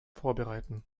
vorbereiten